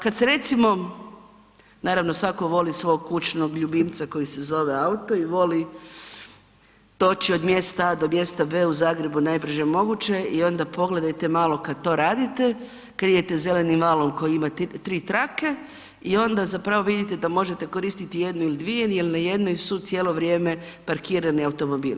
Kad se recimo naravno svako voli svog kućnog ljubimca koji se zove auto i voli doći od mjesta A do mjesta B u Zagrebu najbrže moguće i onda pogledajte malo kad to radite, kad idete zelenim valom koji ima tri trake i onda zapravo vidite da možete koristiti jednu ili dvije jer na jednoj su cijelo vrijeme parkirani automobili.